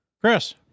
Chris